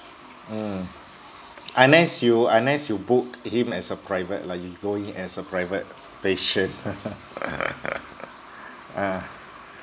mm unless you unless you book him as a private lah you go in as a private patient ah